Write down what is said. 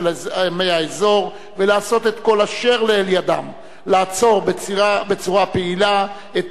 עמי האזור ולעשות את כל אשר לאל ידם לעצור בצורה פעילה את